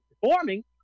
performing